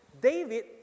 David